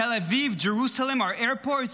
Tel Aviv, Jerusalem, our airports,